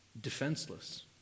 defenseless